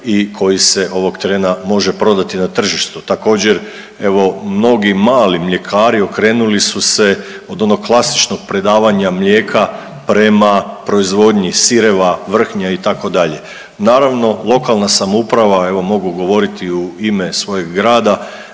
i koji se ovog trena može prodati na tržištu. Također evo mnogi mali mljekari okrenuli su se od onog klasičnog predavanja mlijeka prema proizvodnji sireva, vrhnja itd.. Naravno, lokalna samouprava, evo mogu govoriti u ime svojeg grada,